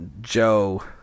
Joe